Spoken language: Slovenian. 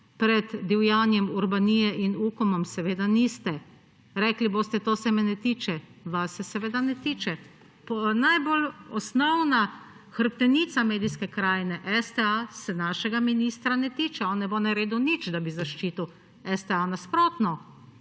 pred divjanjem Urbanije in Ukomom? Seveda niste! Rekli boste, to se me ne tiče. Vas se seveda ne tiče. Najbolj osnovna hrbtenica medijske krajine STA se našega ministra ne tiče, on ne bo naredil nič, da bi zaščitil STA. Nasprotno,